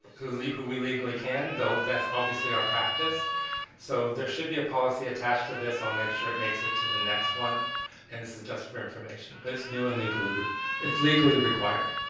hooli who we legally can though that's obviously our practice so there should be a policy attached to this i'll make sure it makes it to the next one and this is just for information but it's new and legally rude it's legally required